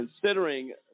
considering